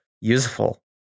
useful